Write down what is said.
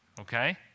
okay